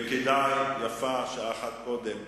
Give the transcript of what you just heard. ויפה שעה אחת קודם,